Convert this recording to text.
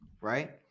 Right